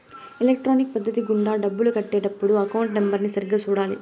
electronic పద్ధతి గుండా డబ్బులు కట్టే టప్పుడు అకౌంట్ నెంబర్ని సరిగ్గా సూడాలి